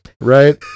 right